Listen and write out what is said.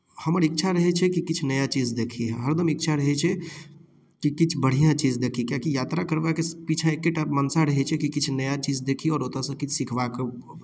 हमर इच्छा रहैत छै कि किछु नया चीज देखी हरदम इच्छा रहैत छै कि किछु बढ़िआँ चीज देखी किआकि यात्रा करबाक पीछाँ एकटा मनसा रहैत छै किछु नया चीज देखी आओर ओतयसँ किछु सिखबाक